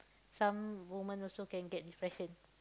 some women also can get depression